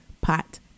pot